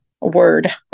word